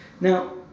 Now